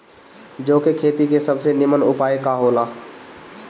जौ के खेती के सबसे नीमन उपाय का हो ला?